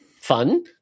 fun